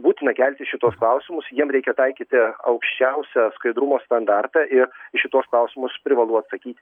būtina kelti šituos klausimus jiem reikia taikyti aukščiausią skaidrumo standartą ir į šituos klausimus privalu atsakyti